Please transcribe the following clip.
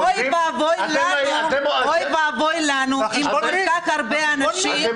אוי ואבוי לנו אם כל כך הרבה אנשים --- אתם